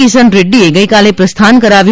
કિશન રેક્રીએ ગઇકાલે પ્રસ્થાન કરાવ્યું